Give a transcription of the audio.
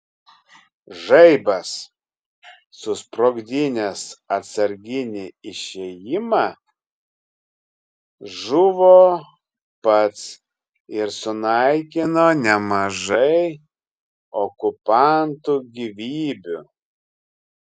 žaibas susprogdinęs atsarginį išėjimą žuvo pats ir sunaikino nemažai okupantų gyvybių